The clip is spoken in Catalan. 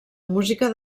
música